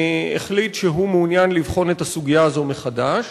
החליט שהוא מעוניין לבחון את הסוגיה הזאת מחדש.